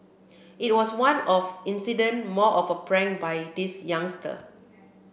it was one off incident more of a prank by this youngster